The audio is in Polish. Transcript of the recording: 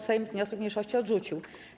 Sejm wniosek mniejszości odrzucił.